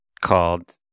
called